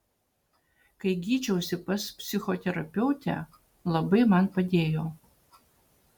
kai gydžiausi pas psichoterapeutę labai man padėjo